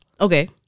okay